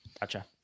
Gotcha